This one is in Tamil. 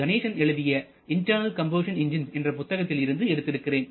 கணேசன் எழுதிய Internal Combustion Engines என்ற புத்தகத்தில் இருந்து எடுத்து இருக்கிறேன்